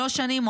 שלוש שנים,